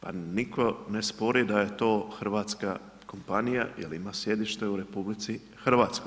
Pa nitko ne spori da je to hrvatska kompanija jer ima sjedište u RH.